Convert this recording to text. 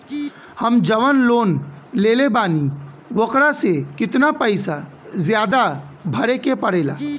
हम जवन लोन लेले बानी वोकरा से कितना पैसा ज्यादा भरे के पड़ेला?